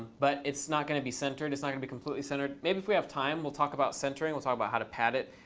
but it's not going to be centered. it's not going to be completely centered. maybe if we have time, we'll talk about centering. we'll talk about how to pad it